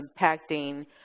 impacting